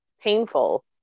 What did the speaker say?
painful